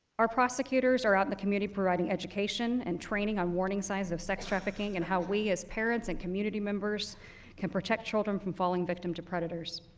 our prosecutors are out in the community providing education and training on warning signs of sex trafficking and how we as parents and community members can protect children from falling victim to predators.